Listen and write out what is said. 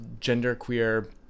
genderqueer